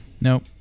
nope